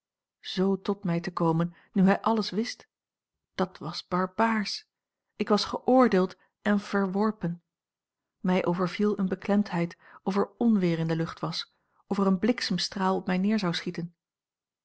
tot mij te komen nu hij alles wist dat was barbaarsch ik was geoordeeld en verworpen mij overviel eene beklemdheid of er onweer in de lucht was of er een bliksemstraal op mij neer zou schieten